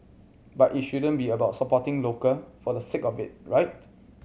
but it shouldn't be about supporting local for the sake of it right